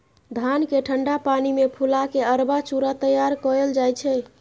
धान केँ ठंढा पानि मे फुला केँ अरबा चुड़ा तैयार कएल जाइ छै